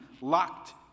locked